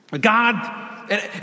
God